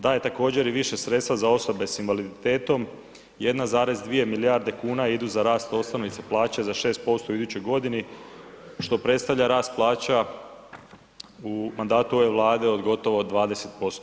Daje također i više sredstva za osobe s invaliditetom, 1,2 milijarde kuna idu za rast osnovice plaća za 6% u idućoj godini što predstavlja rast plaća u mandatu ove Vlade od gotovo 20%